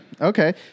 okay